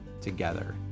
together